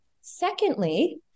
secondly